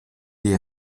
est